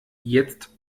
jetzt